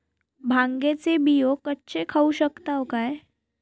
भांगे चे बियो कच्चे खाऊ शकताव काय?